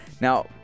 Now